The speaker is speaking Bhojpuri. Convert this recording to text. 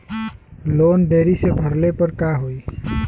लोन देरी से भरले पर का होई?